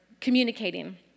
communicating